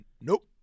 Nope